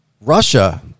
Russia